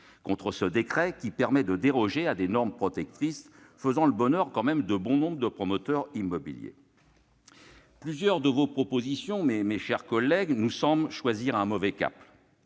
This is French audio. contre ce décret, qui permet de déroger à des normes protectrices, faisant le bonheur de bon nombre de promoteurs immobiliers. Plusieurs de vos propositions, mes chers collègues, nous paraissent prendre un mauvais cap,